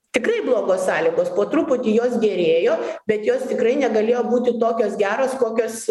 tikrai blogos sąlygos po truputį jos gerėjo bet jos tikrai negalėjo būti tokios geros kokios